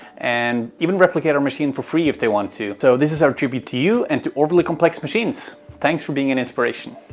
and even replicate our machine for free if they want to. so this is our tribute to you and to overly complex machines. thanks for being an inspiration.